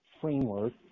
framework